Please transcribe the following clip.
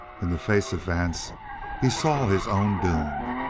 in the face of vance he saw his own doom.